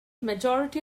majority